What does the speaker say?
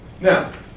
Now